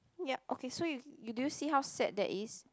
yup okay so you do you see how sad that is